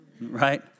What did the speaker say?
right